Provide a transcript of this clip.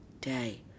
day